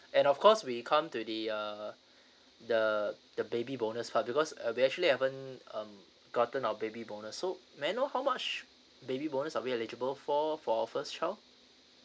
and of course we come to the uh the the baby bonus part because uh we actually haven't um gotten our baby bonus so may I know how much baby bonus are we eligible for for our first child